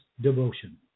devotion